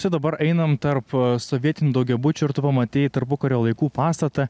čia dabar einam tarp sovietinių daugiabučių ir tu pamatei tarpukario laikų pastatą